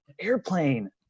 airplane